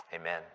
Amen